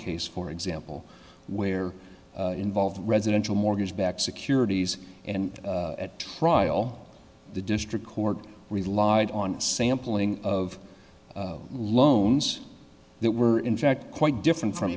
case for example where involved residential mortgage backed securities and at trial the district court relied on sampling of loans that were in fact quite different from